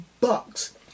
Bucks